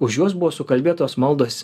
už juos buvo sukalbėtos maldos